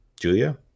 Julia